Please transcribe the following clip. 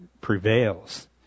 prevails